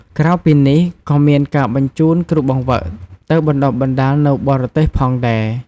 ក្រៅពីនេះក៏មានការបញ្ជូនគ្រូបង្វឹកទៅបណ្ដុះបណ្ដាលនៅបរទេសផងដែរ។